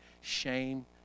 shame